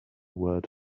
word